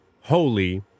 holy